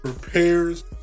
prepares